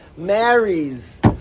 Marries